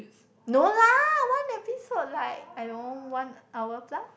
no lah one episode like I don't know one hour plus